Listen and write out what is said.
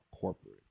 corporate